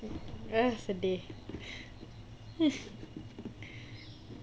ah sedih